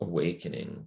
Awakening